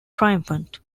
triumphant